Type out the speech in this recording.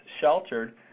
sheltered